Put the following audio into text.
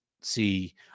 See